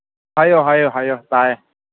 ꯍꯥꯏꯌꯣ ꯍꯥꯏꯌꯣ ꯇꯥꯏꯌꯦ